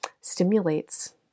stimulates